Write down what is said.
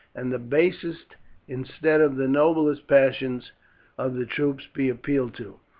and the basest instead of the noblest passions of the troops be appealed to.